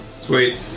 Sweet